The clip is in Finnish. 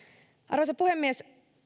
arvoisa puhemies